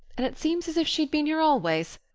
and it seems as if she'd been here always.